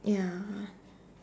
ya